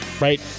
right